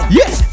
yes